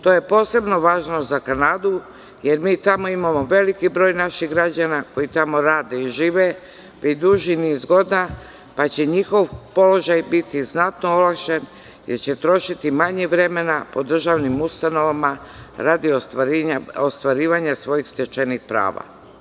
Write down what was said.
To je posebno važno za Kanadu, jer mi tamo imamo veliki broj naših građana koji tamo rade i žive duži niz godina, pa će njihov položaj biti znatno olakšan, jer će trošiti manje vremena po državnim ustanovama radi ostvarivanja svojih stečenih prava.